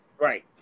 Right